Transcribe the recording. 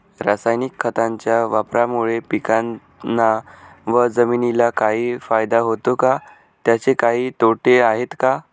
रासायनिक खताच्या वापरामुळे पिकांना व जमिनीला काही फायदा होतो का? त्याचे काही तोटे आहेत का?